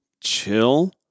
chill